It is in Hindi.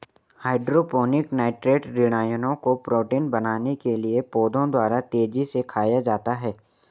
हाइड्रोपोनिक नाइट्रेट ऋणायनों को प्रोटीन बनाने के लिए पौधों द्वारा तेजी से खाया जाता है